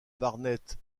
barnett